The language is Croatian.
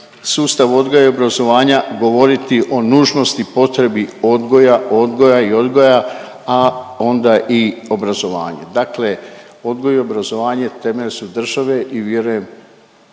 sustav odgoja i obrazovanja govoriti o nužnosti, potrebi odgoja, odgoja i odgoja, a onda i obrazovanja. Dakle, odgoj i obrazovanje temelji su države i vjerujem